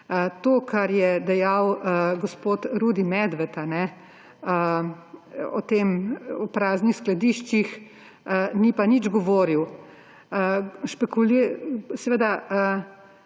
To, kar je dejal gospod Rudi Medved, o praznih skladiščih ni pa nič govoril.